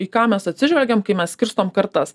į ką mes atsižvelgiam kai mes skirstom kartas